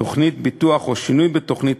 תוכנית ביטוח או שינוי בתוכנית,